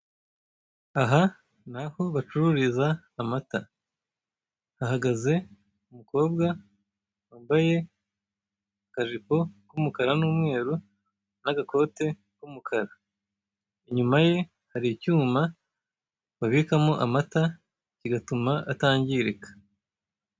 Aha ni aho bacururiza amata, hahagaze umukobwa wambaye akajipo k'umukara n'umweru n'agakote k'umukara, inyuma ye hari icyuma babikamo amata kigatuma atangirika.